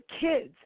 kids